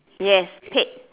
yes paid